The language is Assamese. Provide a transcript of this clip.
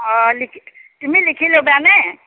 অঁ লি তুমি লিখি ল'বানে